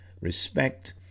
respect